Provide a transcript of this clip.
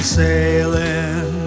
sailing